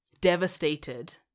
devastated